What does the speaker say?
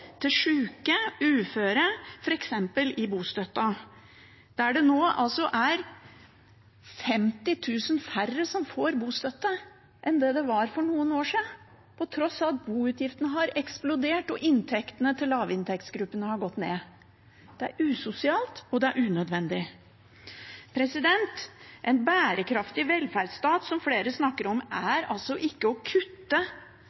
til sjuke, uføre – f.eks. i bostøtten. Det er nå 50 000 færre som får bostøtte enn det var for noen år siden, på tross av at boutgiftene har eksplodert og inntektene til lavinntektsgruppene har gått ned. Det er usosialt, og det er unødvendig. En bærekraftig velferdsstat, som flere snakker om,